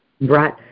Right